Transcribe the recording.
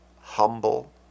humble